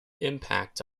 impact